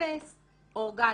אפס - אורגני,